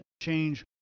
change